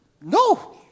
No